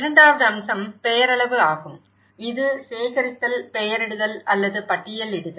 இரண்டாவது அம்சம் பெயரளவு ஆகும் இது சேகரித்தல் பெயரிடுதல் அல்லது பட்டியலிடுதல்